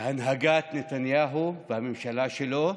בהנהגת נתניהו והממשלה שלו,